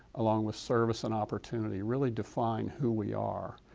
along with service and opportunity, really define who we are.